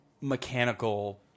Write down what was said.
mechanical